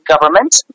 government